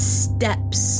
steps